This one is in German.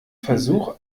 versuch